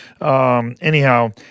Anyhow